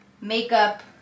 makeup